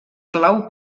clau